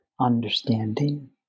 understanding